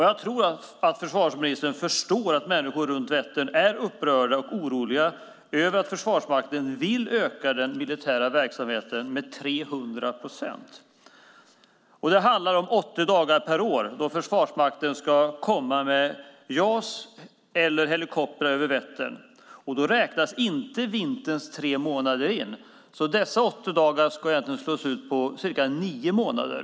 Jag tror att försvarsministern förstår att människor runt Vättern är upprörda och oroliga över att Försvarsmakten vill öka den militära verksamheten med 300 procent. Det handlar om 80 dagar per år då Försvarsmakten ska komma med JAS eller helikoptrar över Vättern, och då räknas inte vinterns tre månader in. Dessa 80 dagar ska alltså slås egentligen ut på cirka nio månader.